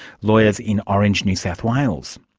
lawyers in orange, new south wales.